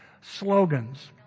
slogans